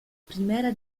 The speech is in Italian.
primera